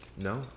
No